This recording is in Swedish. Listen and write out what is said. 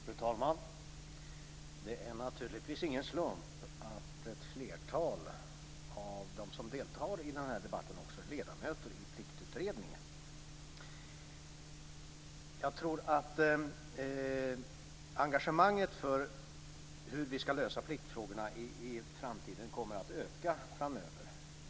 Fru talman! Det är naturligtvis ingen slump att ett flertal av dem som deltar i denna debatt också är ledamöter i Pliktutredningen. Jag tror att engagemanget för hur vi skall lösa pliktfrågorna i framtiden kommer att öka framöver.